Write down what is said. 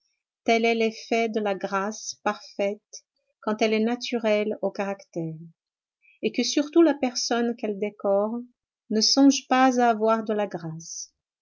tel est l'effet de la grâce parfaite quand elle est naturelle au caractère et que surtout la personne qu'elle décore ne songe pas à avoir de la grâce